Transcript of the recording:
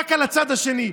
רק על הצד השני.